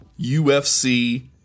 UFC